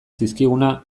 zizkiguna